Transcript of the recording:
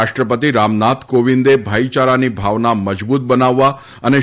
રાષ્ટ્રપતિ રામનાથ કોંવિદે ભાઇયારાની ભાવના મજબૂત બનાવવા તથા